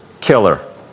killer